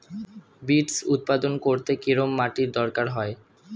Beets উৎপাদন করতে কেরম মাটির দরকার হয়?